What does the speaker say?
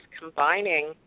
combining